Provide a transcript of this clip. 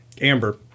amber